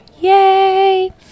Yay